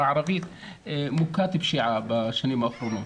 הערבית שמוכת פשיעה בשנים האחרונות,